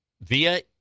via